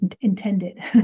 intended